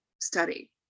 study